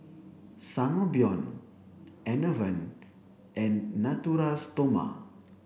Sangobion Enervon and Natura Stoma